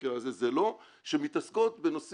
במקרה הזה זה לא שמתעסקות בנושאים